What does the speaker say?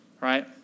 Right